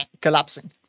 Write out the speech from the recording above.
collapsing